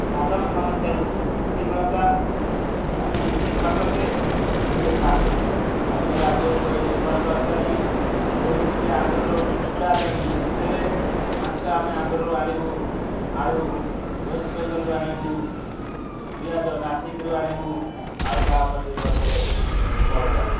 ଦାଦନ ସମସ୍ୟାରୁ ମୁକ୍ତି ମିଳନ୍ତା ଆମେ ନିଜେ ଖଟନ୍ତେ ନିଜେ ଖାଆନ୍ତେ ଅନ୍ୟ ରାଜ୍ୟ ଉପରେ ନିର୍ଭର କରନ୍ତେ ନାହିଁ ଯେମିତି କି ଆନ୍ଧ୍ରରରୁ କୁକୁଡ଼ା ଦେଲେ ମାଂସ ଆମେ ଆନ୍ଧ୍ରରୁ ଆଣିବୁ ଆଳୁ ୱେଷ୍ଟ ବେଙ୍ଗଲରୁ ଆଣିବୁ ପିଆଜ ନାସିକରୁ ଆଣିବୁ ଆଉ କାହା ଉପରେ ନିର୍ଭର କରିବାକୁ ପଡ଼ନ୍ତା ନାହିଁ